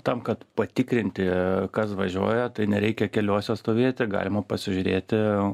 tam kad patikrinti kas važiuoja tai nereikia keliuose stovėti galima pasižiūrėti